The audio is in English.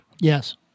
Yes